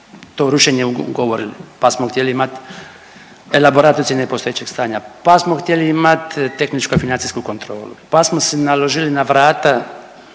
to rušenje ugovorili pa smo htjeli imati elaborat ocjene postojećeg stanja, pa smo htjeli imati tehničko-financijsku kontrolu, pa smo se naložili na vrata